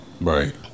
right